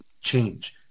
change